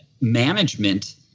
management